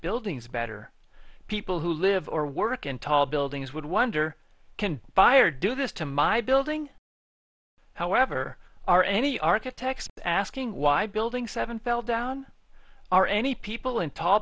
buildings better people who live or work in tall buildings would wonder can fire do this to my building however are any architects asking why building seven fell down are any people in tall